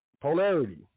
Polarity